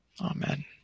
Amen